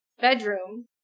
bedroom